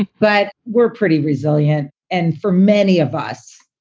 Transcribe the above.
but we're pretty resilient. and for many of us,